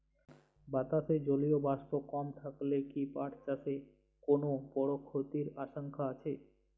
বাতাসে জলীয় বাষ্প কম থাকলে কি পাট চাষে কোনো বড় ক্ষতির আশঙ্কা আছে?